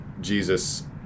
Jesus